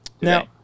Now